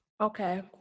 okay